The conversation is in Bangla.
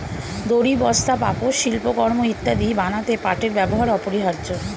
দড়ি, বস্তা, পাপোশ, শিল্পকর্ম ইত্যাদি বানাতে পাটের ব্যবহার অপরিহার্য